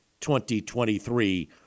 2023